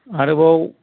आरोबाव